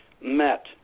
met